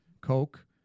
coke